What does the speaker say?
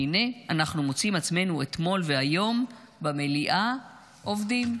הינה אנחנו מוצאים עצמנו אתמול והיום במליאה עובדים.